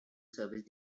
service